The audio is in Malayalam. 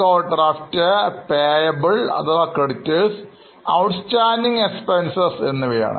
Bank overdraft payables അഥവാ creditors outstanding expenses എന്നിവയാണ്